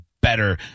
better